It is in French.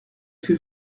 que